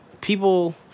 people